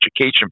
education